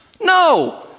No